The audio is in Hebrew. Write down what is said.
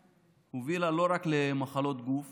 מובילה לא רק למחלות גוף